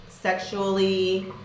sexually